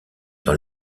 dans